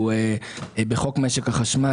הוא חוק משק החשמל,